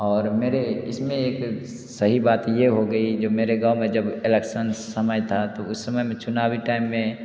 और मेरे इसमें एक सही बात ये हो गई जो मेरे गाव में जब एलेक्सन्स समय था तो उस समय में चुनावी टाइम में